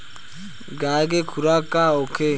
गाय के खुराक का होखे?